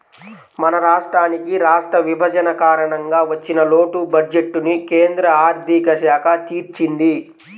మన రాష్ట్రానికి రాష్ట్ర విభజన కారణంగా వచ్చిన లోటు బడ్జెట్టుని కేంద్ర ఆర్ధిక శాఖ తీర్చింది